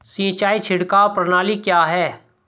सिंचाई छिड़काव प्रणाली क्या है?